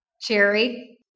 Cherry